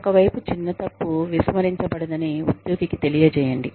ఒక వైపు చిన్న తప్పు విస్మరించబడదని ఉద్యోగికి తెలియజేయండి